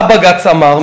מה בג"ץ אמר?